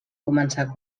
començar